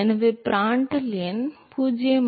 எனவே பிராண்டல் எண் 0